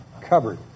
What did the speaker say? cupboard